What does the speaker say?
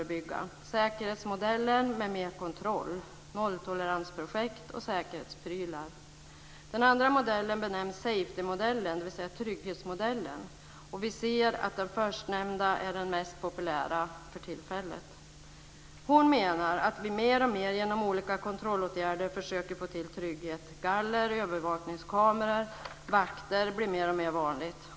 Den ena modellen är säkerhetsmodellen med mer av kontroll, nolltoleransprojekt och säkerhetsprylar. Den andra modellen benämns safety-modellen, dvs. trygghetsmodellen. Den förstnämnda modellen är den mest populära för tillfället. Hon menar att vi mer och mer genom olika kontrollåtgärder försöker få till stånd trygghet. Det blir mer och mer vanligt med galler, övervakningskameror och vakter.